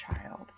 child